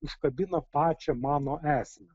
užkabino pačią mano esmę